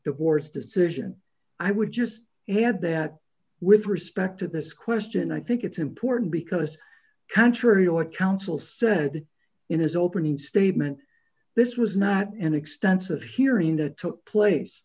divorce decision i would just had that with respect to this question i think it's important because i can't sure your counsel said in his opening statement this was not an extensive hearing that took place